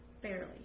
Barely